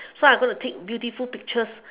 so I going to take beautiful pictures